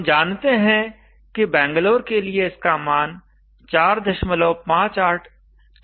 हम जानते हैं कि बैंगलोर के लिए इसका मान 458 kWhm2day है